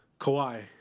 Kawhi